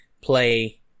play